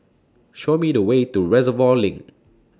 Show Me The Way to Reservoir LINK